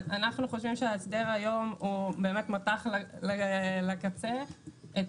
אנחנו חושבים שההסדר היום באמת מתח לקצה את